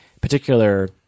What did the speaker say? particular